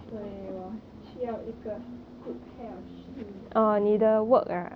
所以我需要一个 good pair of shoes